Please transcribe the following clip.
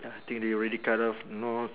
ya think they already cut off know